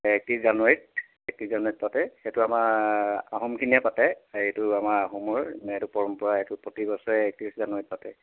একত্ৰিছ জানুৱাৰীত একত্ৰিছ জানুৱাৰীত পাতে সেইটো আমাৰ আহোমখিনিয়ে পাতে এইটো আমাৰ আহোমৰ এইটো পৰম্পৰা এইটো প্ৰতি বছৰে একত্ৰিছ জানুৱাৰীত পাতে